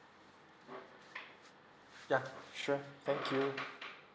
yeah sure thank you